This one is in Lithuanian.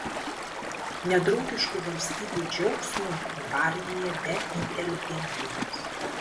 nedraugiškų valstybių džiaugsmui gvardija be inteligentijos